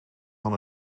van